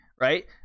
right